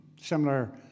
similar